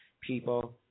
People